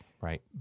Right